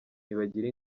ntibagira